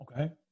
Okay